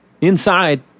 Inside